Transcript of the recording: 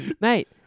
mate